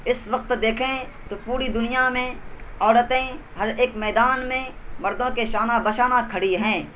اس وقت دیکھیں تو پوری دنیا میں عورتیں ہر ایک میدان میں مردوں کے شانہ بشانہ کھڑی ہیں